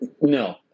no